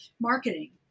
marketing